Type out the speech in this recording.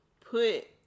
put